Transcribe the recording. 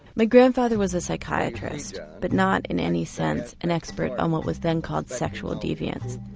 my grandfather was a psychiatrist but not in any sense an expert on what was then called sexual deviance.